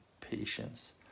patience